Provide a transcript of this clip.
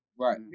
Right